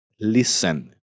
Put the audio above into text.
listen